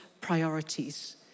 priorities